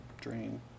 drain